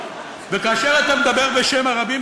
כאשר אתה מדבר בשם הרבים,